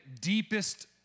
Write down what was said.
deepest